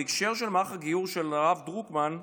בהקשר של מערך הגיור של הרב דרוקמן,